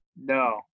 No